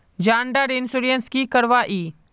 जान डार इंश्योरेंस की करवा ई?